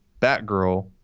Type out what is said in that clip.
Batgirl